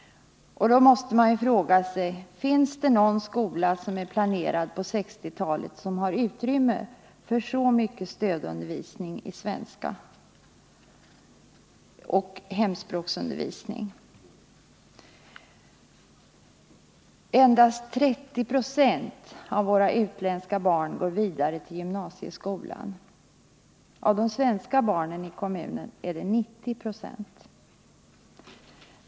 Då måste man fråga sig: Finns det någon skola som är planerad på 1960-talet som. har utrymme för så mycket hemspråksundervisning och dessutom stödundervisning i svenska? Endast 30 26 av våra utländska barn går vidare till gymnasieskolan. Av de svenska barnen i kommunen går 90 26 vidare.